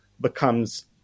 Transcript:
becomes